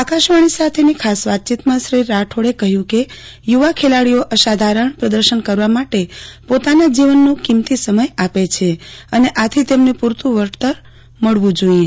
આકાશવાણી સાથેની ખાસ વાતચીતમાં શ્રી રાઠોડે કહયું કે યુવા ખેલાડીઓ અસાધારજ્ઞ પ્રદર્શન કરવા માટે પોતાના જીવનનો કિંમતી સમય આપે છે અને આથી તેમને પુરતુ વળતર મળવુ જોઈએ